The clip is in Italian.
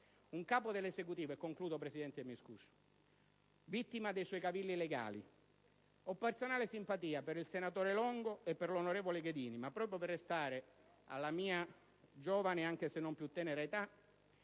un Capo dell'Esecutivo vittima dei suoi cavilli legali. Ho personale simpatia per il senatore Longo e per l'onorevole Ghedini, ma proprio per restare alla mia giovane - anche se non più tenera - età,